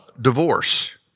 Divorce